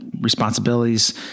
responsibilities